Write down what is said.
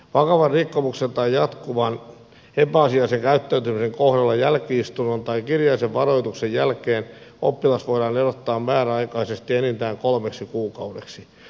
vakavan rikkomuksen tai jatkuvan epäasiallisen käyttäytymisen kohdalla jälki istunnon tai kirjallisen varoituksen jälkeen oppilas voidaan erottaa määräaikaisesti enintään kolmeksi kuukaudeksi